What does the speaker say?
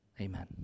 amen